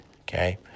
Okay